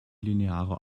linearer